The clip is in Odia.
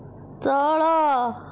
ତଳ